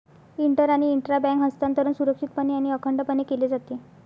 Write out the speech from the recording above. inter आणि intra bank हस्तांतरण सुरक्षितपणे आणि अखंडपणे केले जाते